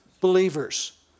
believers